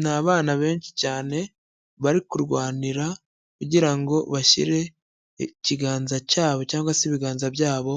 Ni abana benshi cyane bari kurwanira kugira ngo bashyire ikiganza cyabo cyangwa se ibiganza byabo